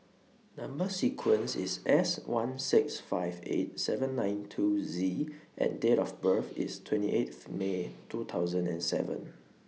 Number sequence IS S one six five eight seven nine two Z and Date of birth IS twenty eighth May two thousand and seven